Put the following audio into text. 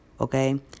okay